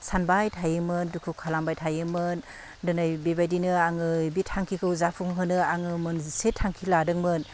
सानबाय थायोमोन दुखु खालामबाय थायोमोन दिनै बेबायदिनो आङो बे थांखिखौ जाफुंहोनो आङो मोनसे थांखि लादोंमोन